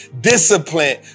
discipline